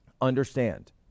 Understand